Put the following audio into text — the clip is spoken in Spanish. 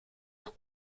los